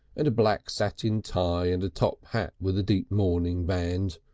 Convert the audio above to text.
and a black satin tie and a top hat with a deep mourning band.